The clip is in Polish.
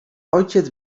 ojciec